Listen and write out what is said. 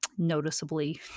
noticeably